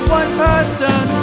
one-person